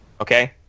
Okay